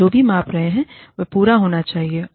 हम जो भी माप रहे हैं वह पूरा होना चाहिए